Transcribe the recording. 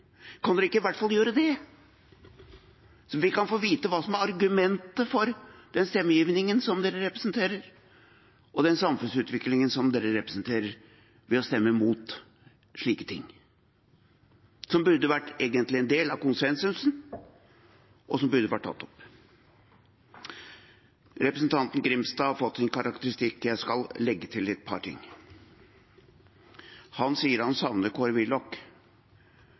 Kan de ikke i hvert fall gjøre det, så vi kan få vite hva som er argumentet for den stemmegivningen de representerer, og den samfunnsutviklingen de representerer ved å stemme imot slike ting, som egentlig burde vært en del av konsensusen, og som burde vært tatt opp? Representanten Grimstad kom med en karakteristikk. Jeg skal legge til et par ting. Han sier han savner Kåre Willoch.